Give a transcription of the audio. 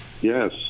Yes